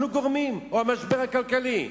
אנחנו גורמים, או המשבר הכלכלי?